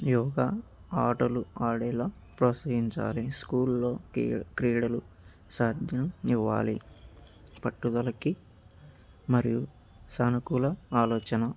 యోగా ఆటలు ఆడేలాగ ప్రోత్సహించాలి స్కూల్లో క క్రీడలు సాధన ఇవ్వాలి పట్టుదలకి మరియు సానుకూల ఆలోచన